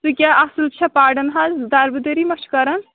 سُہ کیٛاہ اَصٕل چھےٚ پَران حظ دَربہٕ دٔری مہ چھُ کَران